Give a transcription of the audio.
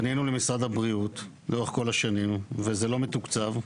פנינו למשרד הבריאות לאורך כל השנים וזה לא מתוקצב.